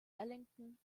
ellington